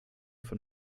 von